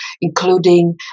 including